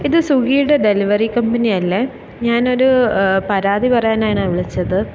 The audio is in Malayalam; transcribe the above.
ഇത് സ്വിഗ്ഗിയുടെ ഡെലിവറി കമ്പനിയല്ലേ ഞാനൊരു പരാതി പറയാനാണ് വിളിച്ചത്